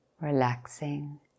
relaxing